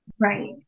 Right